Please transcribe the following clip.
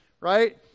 right